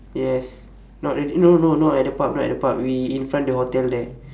yes not at no no no not at the pub not at the pub we in front the hotel there